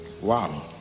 Wow